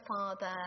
Father